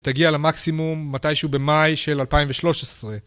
תגיע למקסימום מתישהו במאי של 2013.